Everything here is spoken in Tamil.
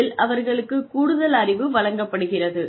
இதில் அவர்களுக்குக் கூடுதல் அறிவு வழங்கப்படுகிறது